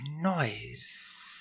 noise